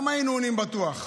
גם היינו עונים: בטוח.